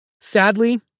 Sadly